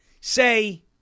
say